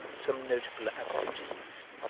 some notable absentees.